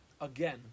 Again